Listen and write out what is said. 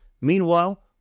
Meanwhile